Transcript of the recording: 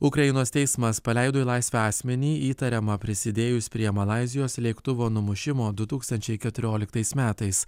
ukrainos teismas paleido į laisvę asmenį įtariamą prisidėjus prie malaizijos lėktuvo numušimo du tūkstančiai keturioliktais metais